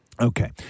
Okay